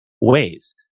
ways